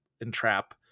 entrap